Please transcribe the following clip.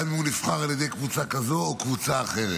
וגם אם הוא נבחר על ידי קבוצה כזו או קבוצה אחרת.